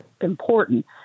important